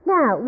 Now